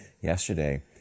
yesterday